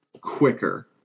quicker